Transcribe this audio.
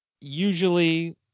usually